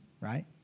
right